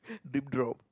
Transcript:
deep drop